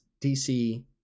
DC